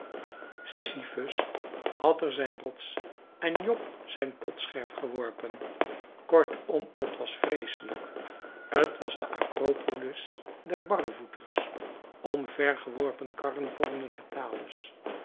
brokstukken sysiphus had er zijn rots en job zijn potscherf geworpen kortom t was vreeselijk t was de acropolis der barrevoeters omvergeworpen karren vormden het talus